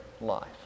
life